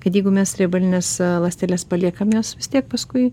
kad jeigu mes riebalines ląsteles paliekam jos vis tiek paskui